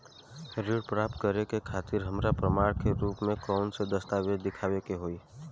ऋण प्राप्त करे के खातिर हमरा प्रमाण के रूप में कउन से दस्तावेज़ दिखावे के होइ?